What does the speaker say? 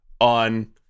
on